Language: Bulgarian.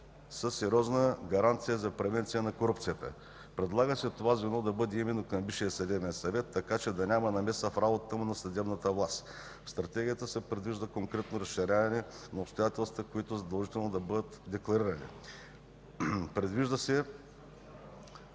са сериозна гаранция за превенция на корупцията. Предлага се това звено да бъде именно към Висшия съдебен съвет, така че да няма намеса в работата му извън съдебната власт. В Стратегията се предвижда конкретно разширяване на обстоятелствата, които задължително да бъдат декларирани. Предвижда се